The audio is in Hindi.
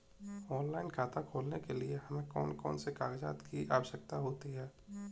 ऑनलाइन खाता खोलने के लिए हमें कौन कौन से कागजात की आवश्यकता होती है?